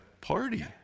party